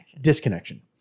disconnection